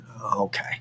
Okay